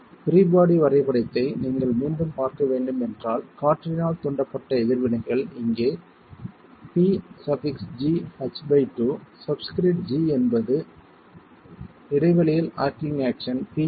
free body வரைபடத்தை நீங்கள் மீண்டும் பார்க்க வேண்டும் என்றால் காற்றினால் தூண்டப்பட்ட எதிர்வினைகள் இங்கே pgh2 சப்ஸ்கிரிப்ட் g என்பது இடைவெளியில் ஆர்ச்சிங் ஆக்ஷன் pgh2